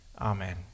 amen